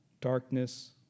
Darkness